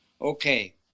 okay